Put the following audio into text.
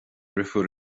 dheirfiúr